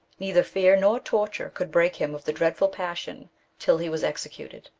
neither fear nor toiiure could break him of the dread ful passion till he was executed.